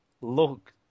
look